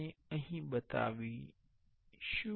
આપણે અહીં બતાવીશું